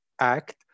act